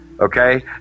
Okay